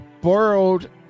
borrowed